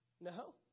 No